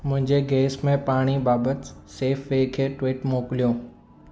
मुंहिंजे गैस में पाणी बाबति सेफवे खे ट्वीट मोकिलियो